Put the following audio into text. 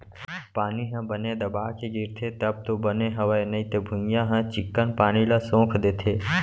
पानी ह बने दबा के गिरथे तब तो बने हवय नइते भुइयॉं ह चिक्कन पानी ल सोख देथे